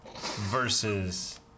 versus